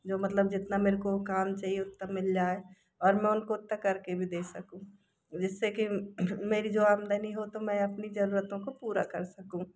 जो मतलब जितना मेरे को काम चाहिए उतना मिल जाए और मैं उनको उतना करके भी दे सकूँ जिससे कि मेरी जो आमदनी हो तो मैं अपनी जरूरतों को पूरा कर सकूँ